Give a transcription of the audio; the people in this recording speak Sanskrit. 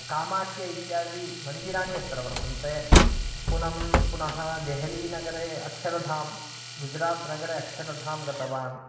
कामाक्य इत्यादि मन्दिराणि यत्र वर्तन्ते पुनः पुनः देहलीनगरे अक्षरधां गुजरात् नगरे अक्षरधां गतवान्